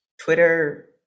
twitter